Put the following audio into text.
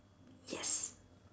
yes